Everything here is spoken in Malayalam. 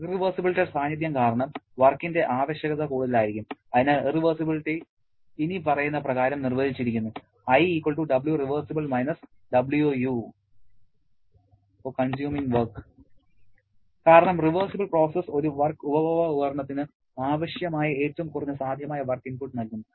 ഇറവെർസിബിലിറ്റിയുടെ സാന്നിധ്യം കാരണം വർക്കിന്റെ ആവശ്യകത കൂടുതലായിരിക്കും അതിനാൽ ഇറവെർസിബിലിറ്റി ഇനിപ്പറയുന്ന പ്രകാരം നിർവചിച്ചിരിക്കുന്നു I Wrev - Wu ← for work consuming device കാരണം റിവേർസിബിൾ പ്രോസസ്സ് ഒരു വർക്ക് ഉപഭോഗ ഉപകരണത്തിന് ആവശ്യമായ ഏറ്റവും കുറഞ്ഞ സാധ്യമായ വർക്ക് ഇൻപുട്ട് നൽകുന്നു